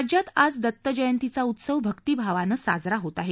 राज्यात आज दत्तजयंतीचा उत्सव भक्तीभावानं साजरा होत आहे